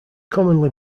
commonly